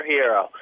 Hero